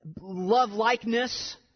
love-likeness